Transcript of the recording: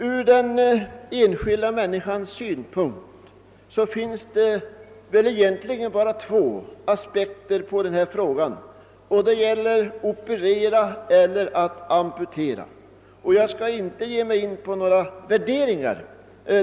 Från den enskilda människans synpunkt finns det egentligen bara två möjligheter när hon drabbas av en kärlsjukdom: att operera eller att amputera. Jag skall inte ge mig in på några värderingar.